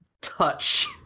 touch